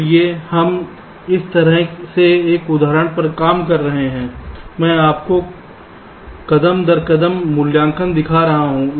इसलिए हम इस तरह से एक उदाहरण पर काम कर रहे हैं मैं आपको कदम दर कदम मूल्यांकन दिखा रहा हूं